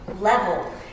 level